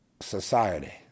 society